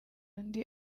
undi